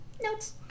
Notes